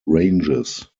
ranges